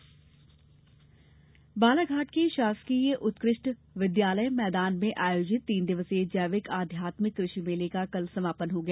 जैविक मेला बालाघाट के शासकीय उत्कृष्ट विद्यालय मैदान में आयोजित तीन दिवसीय जैविक आध्यात्मिक कृषि मेले का कल समापन हआ